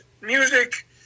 music